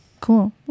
Cool